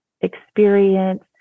experience